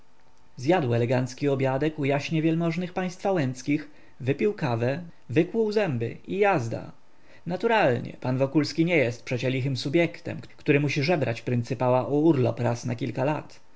zjadł elegancki obiadek u jaśnie wielmożnych państwa łęckich wypił kawę wykłuł zęby i jazda naturalnie pan wokulski nie jest przecie lichym subjektem który musi żebrać pryncypała o urlop raz na kilka lat